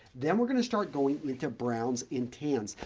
then, we're going to start going into browns and tans.